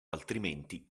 altrimenti